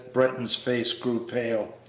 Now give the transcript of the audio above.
britton's face grew pale.